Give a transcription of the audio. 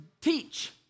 teach